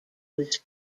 was